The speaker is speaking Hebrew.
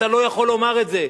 אתה לא יכול לומר את זה,